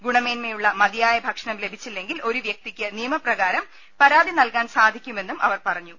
ഗുണമേൻമയുള്ള മതിയായ ഭക്ഷണം ലഭിച്ചില്ലെങ്കിൽ ഒരു വൃക്തിക്ക് നിയമം പ്രകാരം പരാതി നല്കാൻ സാധിക്കുമെന്നും അവർ പറഞ്ഞു